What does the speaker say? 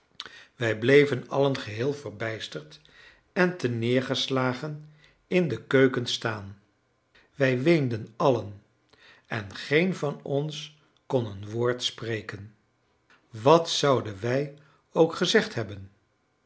wij bleven allen geheel verbijsterd en terneergeslagen in de keuken staan wij weenden allen en geen van ons kon een woord spreken wat zouden wij ook gezegd hebben